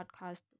podcast